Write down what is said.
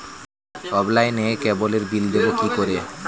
অফলাইনে ক্যাবলের বিল দেবো কি করে?